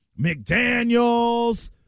McDaniels